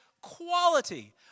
quality